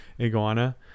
iguana